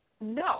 No